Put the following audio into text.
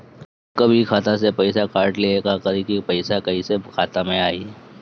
कभी खाता से पैसा काट लि त का करे के पड़ी कि पैसा कईसे खाता मे आई?